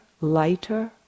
Lighter